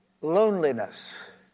Loneliness